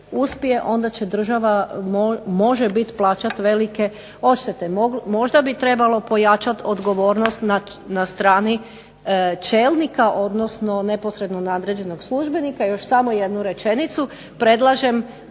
onda će država može biti plaćati velike odštete. Možda bi trebalo pojačati odgovornost na strani čelnika odnosno neposrednom nadležnost službenika. Još samo jednu rečenicu, predlažem